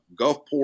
Gulfport